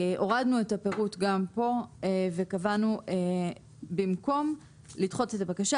הורדנו את הפירוט גם כאן וקבענו ש"במקום לדחות את הבקשה.